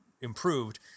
improved